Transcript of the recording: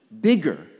bigger